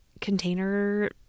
container